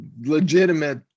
legitimate